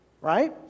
right